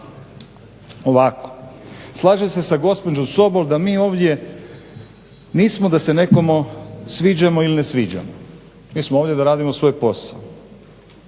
Ovako, slažem se sa gospođom Sobol da mi ovdje nismo da se nekome sviđamo il ne sviđamo. Mi smo ovdje da radimo svoj posao